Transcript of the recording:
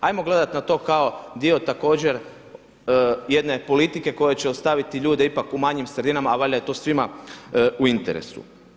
Hajmo gledat na to kao dio također jedne politike koja će ostaviti ljude ipak u manjim sredinama, a valjda je to svima u interesu.